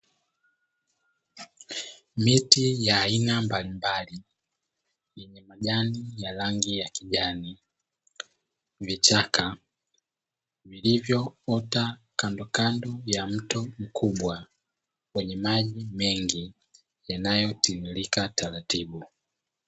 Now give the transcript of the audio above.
Miti ya aina mbalimbali yenye majani ya rangi ya kijani , vichaka vilivyoota kandokando ya mto mkubwa wenye maji mengi yanayo tiririka taratibu.